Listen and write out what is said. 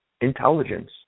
intelligence